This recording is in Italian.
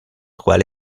quale